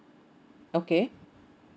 okay